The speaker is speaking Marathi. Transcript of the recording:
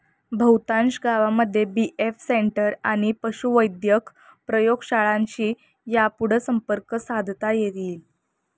बहुतांश गावांमध्ये बी.ए.एफ सेंटर आणि पशुवैद्यक प्रयोगशाळांशी यापुढं संपर्क साधता येईल